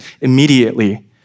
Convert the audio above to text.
immediately